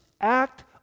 act